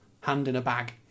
hand-in-a-bag